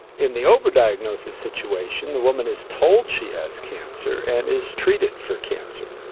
in the over-diagnosis situation the woman is told she has cancer and is treated for cancer.